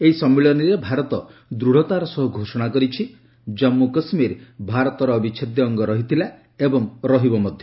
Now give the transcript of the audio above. ଏହି ସମ୍ମଳିନୀରେ ଭାରତ ଦୂଢ଼ତାର ସହ ଘୋଷଣା କରିଛି ଜନ୍ମୁ କାଶ୍ମୀର ଭାରତର ଅବିଚ୍ଛେଦ୍ୟ ଅଙ୍ଗ ରହିଥିଲା ଏବଂ ରହିବ ମଧ୍ୟ